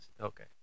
Okay